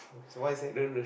what you say